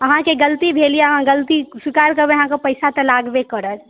अहाँके गलती भेल यऽ अहाँ गलती स्वीकार करबै अहाँकेॅं पैसा तऽ लागबे करत